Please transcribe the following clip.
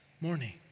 morning